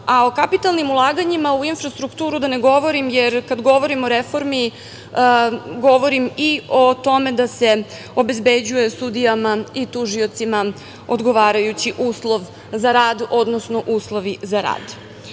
a o kapitalnim ulaganjima u infrastrukturu da ne govorim, jer kad govorim o reformi govorim i o tome da se obezbeđuje sudijama i tužiocima odgovarajući uslov za rad, odnosno uslovi za